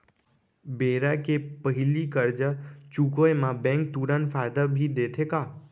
बेरा के पहिली करजा चुकोय म बैंक तुरंत फायदा भी देथे का?